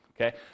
okay